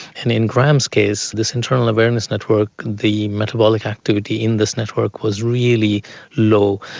and in graham's case this internal awareness network, the metabolic activity in this network was really low,